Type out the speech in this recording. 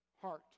heart